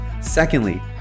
Secondly